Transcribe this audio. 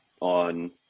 on –